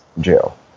jail